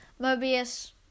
Mobius